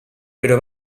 però